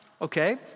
okay